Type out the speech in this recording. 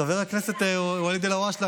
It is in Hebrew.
חבר הכנסת ואליד אלהואשלה,